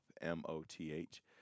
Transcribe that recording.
M-O-T-H